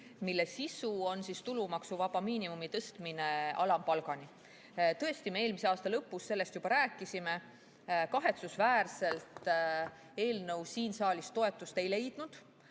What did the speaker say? mille sisu on tulumaksuvaba miinimumi tõstmine alampalgani. Tõesti, me eelmise aasta lõpus sellest juba rääkisime. Kahetsusväärselt see eelnõu siin saalis toetust ei leidnud.